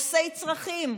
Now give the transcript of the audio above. עושי צרכים.